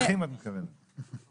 את מתכוונת לחונכים.